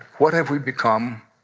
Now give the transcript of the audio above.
what have we become,